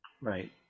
Right